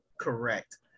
correct